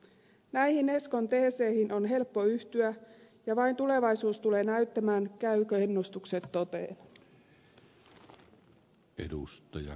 näihin eskon teeseihin on helppo yhtyä ja vain tulevaisuus tulee näyttämään käyvätkö ennustukset toteen